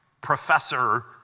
professor